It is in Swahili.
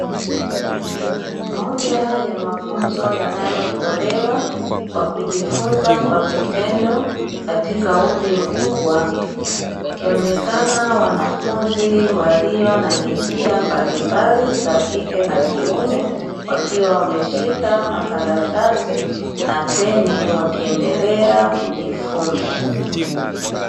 Moja ya mafunzo yanayotolewa kwa kujifunza kwa vitendo, katika umri mkubwa, wakionekana wanafunzi walio na jinsia mbalimbali za kike na kiume, wakiwa wameshika makaratasi na peni, wakiendelea kujifunza.